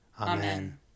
Amen